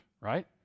right